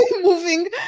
moving